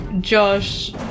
Josh